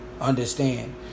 Understand